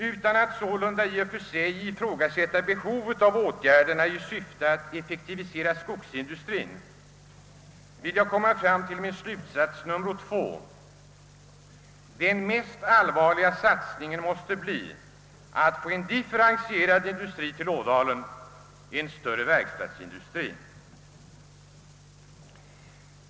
Utan att sålunda i och för sig ifrågasätta behovet av åtgärder i syfte att effektivisera skogsindustrien vill jag komma fram till min slutsats nummer två: Den mest allvarliga satsningen måste göras på att få en differentierad industri till Ådalen, en större verkstadsindustri.